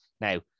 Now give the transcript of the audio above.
Now